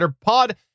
Pod